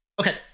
Okay